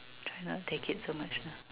cannot take it so much ah